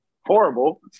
horrible